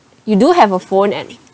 you do have a phone and